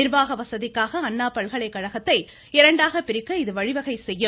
நிர்வாக வசதிக்காக அண்ணா பல்கலைக்கழகத்தை இரண்டாக பிரிக்க இது வழிவகை செய்யும்